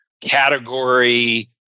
category